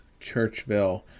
Churchville